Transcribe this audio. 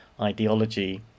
ideology